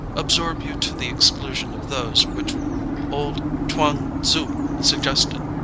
absorb you to the ex clusion of those which old chuang-tzu sug gested,